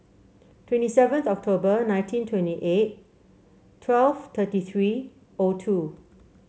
twenty seventh October nineteen twenty eight twelve thirty three O two